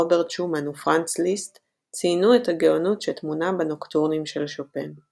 רוברט שומאן ופרנץ ליסט ציינו את הגאונות שטמונה בנוקטורנים של שופן.